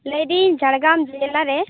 ᱞᱟᱹᱭᱮᱫᱟᱹᱧ ᱡᱷᱟᱲᱜᱨᱟᱢ ᱡᱮᱞᱟ ᱨᱮ